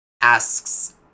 asks